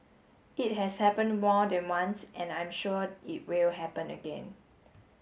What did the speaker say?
it has happened more than once and I'm sure it will happen again